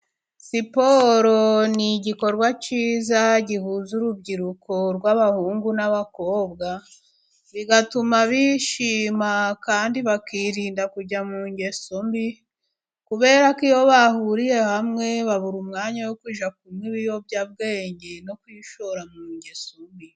Siporo ni igikorwa cyiza gihuza urubyiruko rw'abahungu n'abakobwa, bigatuma bishima kandi bakirinda kujya mu ngeso mbi, kubera ko iyo bahuriye hamwe babura umwanya wo kujya kunywa ibiyobyabwenge, no kwishora mu ngeso mbi.